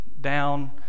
down